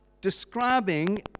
describing